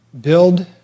build